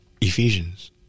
Ephesians